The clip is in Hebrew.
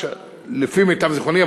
לפי מיטב זיכרוני,